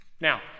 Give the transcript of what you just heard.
Now